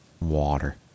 Water